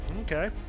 Okay